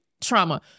trauma